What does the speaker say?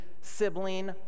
sibling